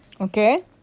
Okay